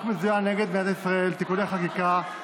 מזוין נגד מדינת ישראל (תיקוני חקיקה),